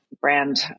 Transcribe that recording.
brand